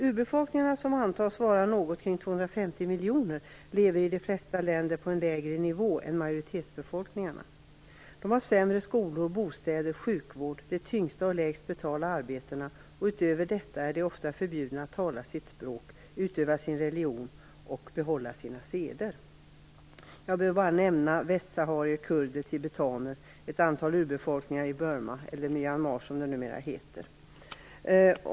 Urbefolkningarna, som antas vara något kring 250 miljoner, lever i de flesta länder på en lägre nivå än majoritetsbefolkningen. De har sämre skolor, bostäder, sjukvård, de tyngsta och lägst betalda arbetena. Utöver detta är de ofta förbjudna att tala sitt språk, utöva sin religion och behålla sina seder. Jag behöver bara nämna västsaharier, kurder, tibetaner, ett antal urbefolkningar i Burma, eller i Myanmar som det numera heter.